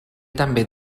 també